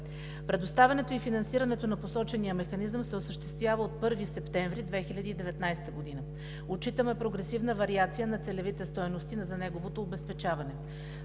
Предоставянето и финансирането на посочения механизъм се осъществява от 1 септември 2019 г. Отчитаме прогресивна вариация на целевите стойности за неговото обезпечаване.